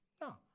No